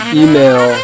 email